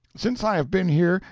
since i have been here,